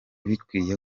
bikwiye